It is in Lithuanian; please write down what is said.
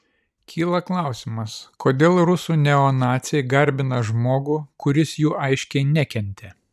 kyla klausimas kodėl rusų neonaciai garbina žmogų kuris jų aiškiai nekentė